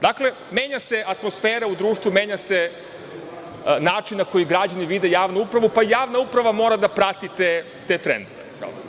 Dakle, menja se atmosfera u društvu, menja se način na koji građani vide javnu upravu, pa javna uprava mora da prati te trendove.